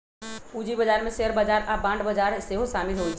पूजी बजार में शेयर बजार आऽ बांड बजार सेहो सामिल होइ छै